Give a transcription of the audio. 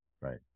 right